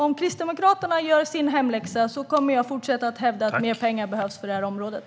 Om Kristdemokraterna gör sin hemläxa kommer jag att fortsätta att hävda att per pengar behövs för området.